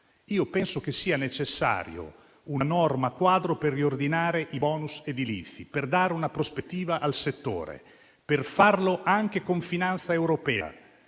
Penso sia necessaria una norma quadro per riordinare i *bonus* edilizi, per dare una prospettiva al settore e per farlo anche con finanza europea,